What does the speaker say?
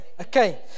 okay